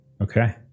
Okay